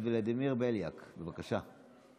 חבר הכנסת ולדימיר בליאק, בבקשה.